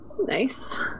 Nice